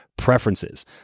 Preferences